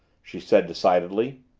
she said decidedly.